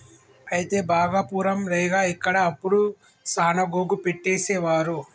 అయితే భాగపురం రేగ ఇక్కడ అప్పుడు సాన గోగు పట్టేసేవారు